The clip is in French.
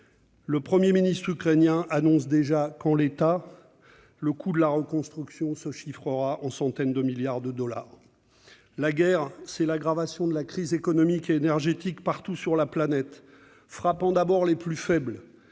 Le Premier ministre ukrainien annonce déjà que, en l'état, le coût de la reconstruction se chiffrera en centaines de milliards de dollars. La guerre, c'est l'aggravation de la crise économique et énergétique, partout sur la planète, frappant d'abord les plus faibles.